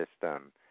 system